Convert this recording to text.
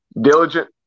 diligent